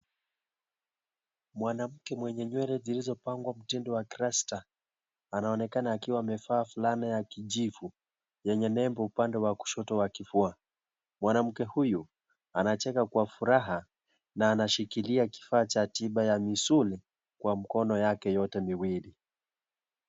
Mwanamke mwenye nywele zilizopangwa mtindo wa kirasta, anaonekana akiwa amevaa fulana ya kijivu yenye nembo upande wa kushoto wa kifua. Mwanamke huyu, anacheka kwa furaha na anashikilia kifaa cha tiba ya misuli kwa mikono yake yote miwili.